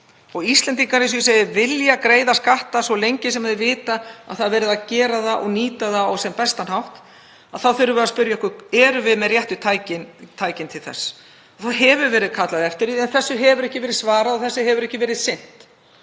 Íslendingar vilja greiða skatta svo lengi sem þeir vita að það er verið að nýta þá á sem bestan hátt. Þá þurfum við að spyrja okkur: Erum við með réttu tækin til þess? Það hefur verið kallað eftir því en þessu hefur ekki verið svarað og þessu hefur ekki verið sinnt.